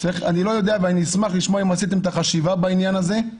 אני לא יודע אבל אשמח לשמוע אם עשיתם חשיבה בעניין הזה.